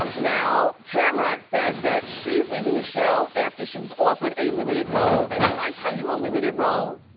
um now tamra said that she's leaving the show after she was offered a limited role. and when i tell you a limited role,